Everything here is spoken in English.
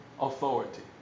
authority